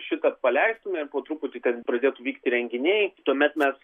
šitą paleistume ir po truputį ten pradėtų vykti renginiai tuomet mes